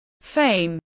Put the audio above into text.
fame